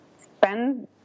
spend